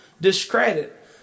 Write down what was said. discredit